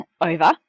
over